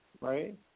right